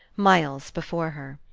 miles before her.